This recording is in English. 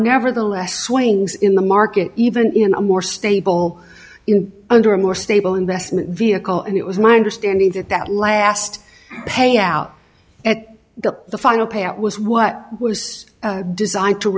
nevertheless swings in the market even in a more stable under a more stable investment vehicle and it was my understanding that that last payout at the the final payout was what was designed to